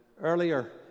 earlier